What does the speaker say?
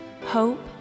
hope